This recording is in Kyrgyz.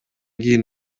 кийин